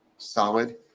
solid